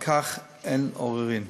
ועל כך אין עוררין.